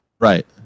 Right